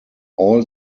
all